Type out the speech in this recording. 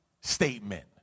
statement